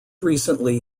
recently